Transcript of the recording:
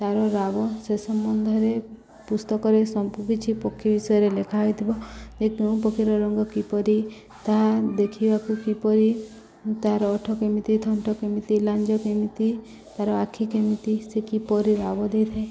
ତା'ର ରାବ ସେ ସମ୍ବନ୍ଧରେ ପୁସ୍ତକରେ ସବୁ କିଛି ପକ୍ଷୀ ବିଷୟରେ ଲେଖା ହୋଇଥିବ ଯେ କେଉଁ ପକ୍ଷୀର ରଙ୍ଗ କିପରି ତାହା ଦେଖିବାକୁ କିପରି ତା'ର ଓଠ କେମିତି ଥଣ୍ଟ କେମିତି ଲାଞ୍ଜ କେମିତି ତା'ର ଆଖି କେମିତି ସେ କିପରି ରାବ ଦେଇଥାଏ